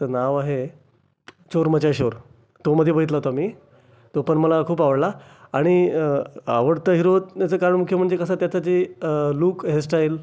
तेचं नाव आहे चोर मचाये शोर तो मध्ये बघितला होता मी तो पण मला खूप आवडला आणि आवडता हिरो याचं कारण की म्हणजे कसं त्याचं जे लूक हेअर स्टाईल